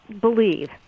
believe